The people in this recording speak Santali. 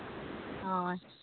ᱦᱚᱸ